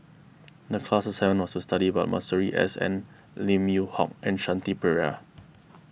the class assignment was to study about Masuri S N Lim Yew Hock and Shanti Pereira